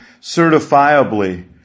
certifiably